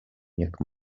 jak